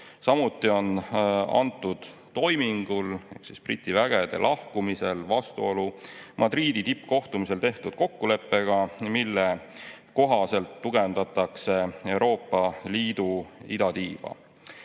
Samuti on see toiming ehk siis Briti vägede lahkumine vastuolus Madridi tippkohtumisel tehtud kokkuleppega, mille kohaselt tugevdatakse Euroopa Liidu idatiiba.